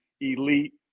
elite